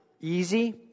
easy